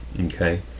okay